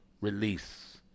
release